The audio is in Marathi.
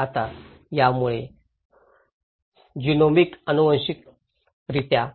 रेफर स्लाइड टाईम 1418 आता यामुळे जीनोमिक अनुवांशिकरित्या